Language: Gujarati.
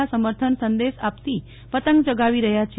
ના સમર્થન સંદેશ આપતી પતંગ ચગાવી રહ્યા છે